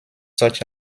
such